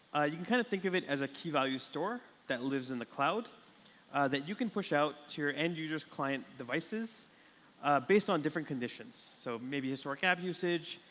you can kind of think of it as a key value store that lives in the cloud that you can push out to your end users' client devices based on different conditions. so maybe historic app usage,